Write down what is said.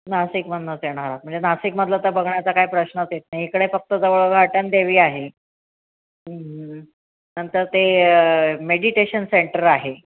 नाशिकमधूनच येणार आहात म्हणजे नाशिकमधलं तर बघण्याचा काय प्रश्नच येत नाही इकडे फक्त जवळ घाटनदेवी आहे नंतर ते मेडिटेशन सेंटर आहे